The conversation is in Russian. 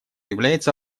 является